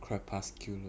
corpuscular